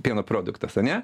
pieno produktas ane